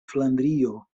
flandrio